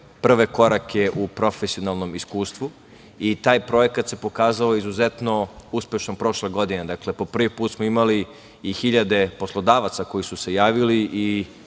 prve korake u profesionalnom iskustvu, i taj projekat se pokazao izuzetno uspešan prošle godine. Dakle, po prvi put smo imali i hiljade poslodavaca koji su se javili i